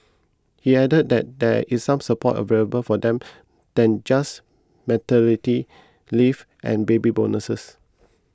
he added that there is some support available for them than just maternity leave and baby bonuses